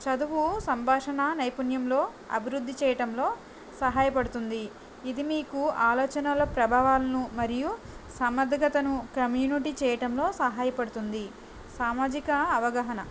చదువు సంభాషణ నైపుణ్యంలో అభివృద్ధి చేయటంలో సహాయ పడుతుంది ఇది మీకు ఆలోచనల ప్రభావాలను మరియు సమర్థకతను కమ్యూనిటీ చేయటంలో సహాయ పడుతుంది సామజిక అవగాహన